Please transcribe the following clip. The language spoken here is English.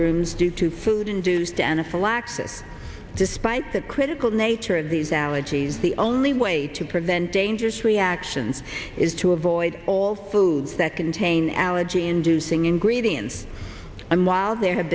rooms due to food induced anaphylaxis despite the critical nature of these allergies the only way to prevent dangerous reactions is to avoid all foods that contain allergy inducing ingredients and while there ha